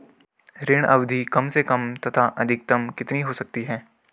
ऋण अवधि कम से कम तथा अधिकतम कितनी हो सकती है?